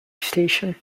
station